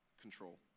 control